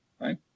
right